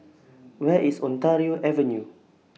Where IS Ontario Avenue